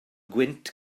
gwynt